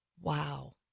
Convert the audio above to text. Wow